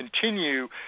continue